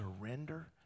surrender